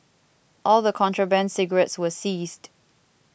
all the contraband cigarettes were seized